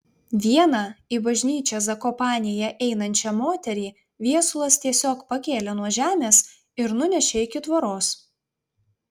vieną į bažnyčią zakopanėje einančią moterį viesulas tiesiog pakėlė nuo žemės ir nunešė iki tvoros